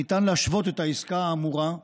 ניתן להשוות את העסקה האמורה,